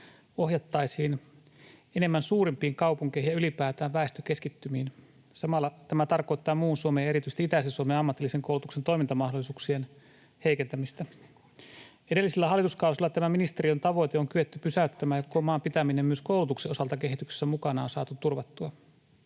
ohjattaisiin enemmän suurimpiin kaupunkeihin ja ylipäätään väestökeskittymiin. Samalla tämä tarkoittaa muun Suomen ja erityisesti itäisen Suomen ammatillisen koulutuksen toimintamahdollisuuksien heikentämistä. Edellisillä hallituskausilla tämä ministeriön tavoite on kyetty pysäyttämään ja koko maan pitäminen myös koulutuksen osalta kehityksessä mukana on saatu turvattua.